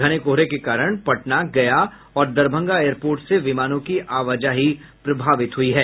घने कोहरे के कारण पटना गया और दरभंगा एयरपोर्ट से विमानों की आवाजाही प्रभावित हुई है